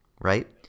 right